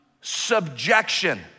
subjection